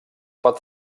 pot